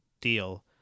deal